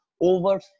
over